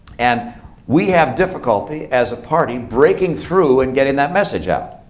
and we have difficulty as a party breaking through and getting that message out.